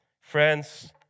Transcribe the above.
Friends